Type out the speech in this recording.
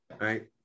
right